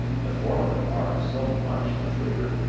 the former are so much the freer.